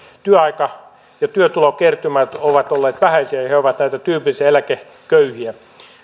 työaika ja työtulokertymät ovat olleet vähäisiä he ovat tyypillisiä eläkeköyhiä